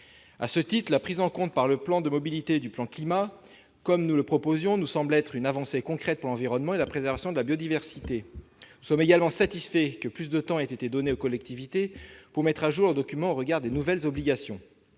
À ce titre, la prise en compte par le plan de mobilité du plan Climat, comme nous le proposions, nous semble être une avancée concrète pour l'environnement et la préservation de la biodiversité. Nous sommes également satisfaits que plus de temps ait été accordé aux collectivités pour mettre à jour un document au regard des nouvelles obligations.